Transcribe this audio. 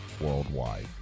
worldwide